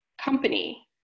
company